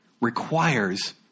requires